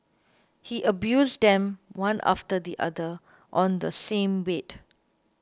he abused them one after the other on the same bed